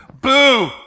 Boo